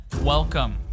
welcome